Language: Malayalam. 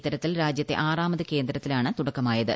ഇത്തരത്തിൽ രാജ്യത്തെ ആറാമത് കേന്ദ്രത്തിനാണ് തുടക്കമായത്